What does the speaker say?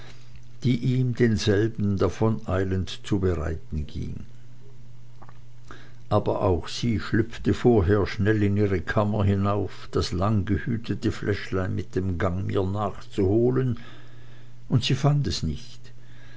die ihm denselben davoneilend zu bereiten ging aber auch sie schlüpfte vorher schnell in ihre kammer hinauf das lang gehütete fläschlein mit dem gang mir nach zu holen und sie fand es nicht